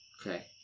Okay